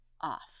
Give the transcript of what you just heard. off